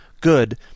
good